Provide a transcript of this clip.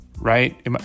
right